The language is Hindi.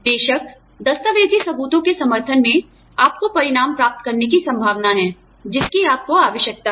बेशक दस्तावेजी सबूतों के समर्थन में आपकी परिणाम प्राप्त करने की संभावना है जिसकी आपको आवश्यकता है